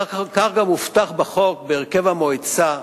כך גם הובטח בחוק, בהרכב המועצה,